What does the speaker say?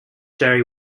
jerry